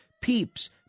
peeps